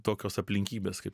tokios aplinkybės kaip